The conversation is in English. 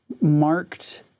marked